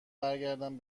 برگردم